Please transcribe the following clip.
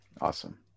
Awesome